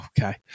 okay